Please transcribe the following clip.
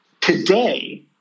Today